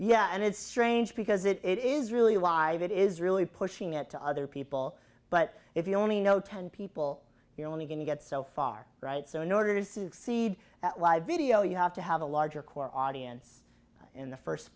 yeah and it's strange because it is really live it is really pushing it to other people but if you only know ten people you're only going to get so far right so in order to succeed at why video you have to have a larger core audience in the first